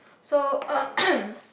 so